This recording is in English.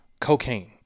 cocaine